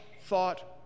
thought